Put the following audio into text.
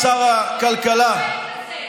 שר הכלכלה,